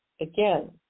again